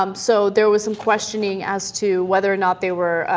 um so there was some questioning as to whether or not they were ah.